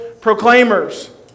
proclaimers